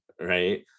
right